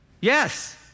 Yes